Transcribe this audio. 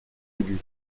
aigu